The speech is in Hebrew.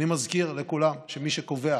אני מזכיר לכולם שמי שקובע